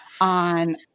on